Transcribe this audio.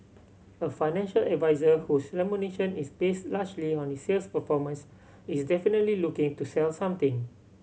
a financial advisor whose remuneration is based largely on his sales performance is definitely looking to sell something